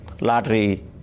lottery